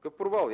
Какъв провал?